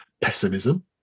pessimism